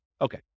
Okay